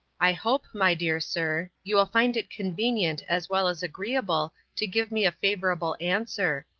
i hope, my dear sir, you will find it convenient as well as agreeable to give me a favorable answer,